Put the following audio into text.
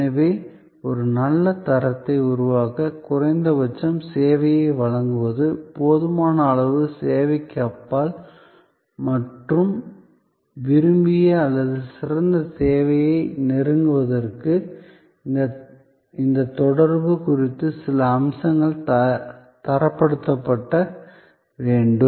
எனவே ஒரு நல்ல தரத்தை உருவாக்க குறைந்தபட்சம் சேவையை வழங்குவது போதுமான அளவு சேவைக்கு அப்பால் மற்றும் விரும்பிய அல்லது சிறந்த சேவையை நெருங்குவதற்கு இந்த தொடர்பு குறித்து சில அம்சங்கள் தரப்படுத்தப்பட வேண்டும்